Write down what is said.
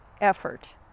effort